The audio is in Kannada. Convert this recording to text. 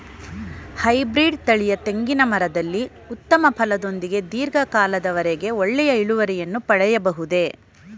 ಹೈಬ್ರೀಡ್ ತಳಿಯ ತೆಂಗಿನ ಮರದಲ್ಲಿ ಉತ್ತಮ ಫಲದೊಂದಿಗೆ ಧೀರ್ಘ ಕಾಲದ ವರೆಗೆ ಒಳ್ಳೆಯ ಇಳುವರಿಯನ್ನು ಪಡೆಯಬಹುದೇ?